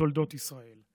בתולדות ישראל.